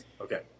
Okay